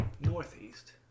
northeast